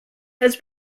has